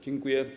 Dziękuję.